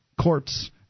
courts